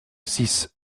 six